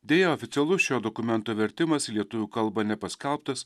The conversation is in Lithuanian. deja oficialus šio dokumento vertimas į lietuvių kalbą nepaskelbtas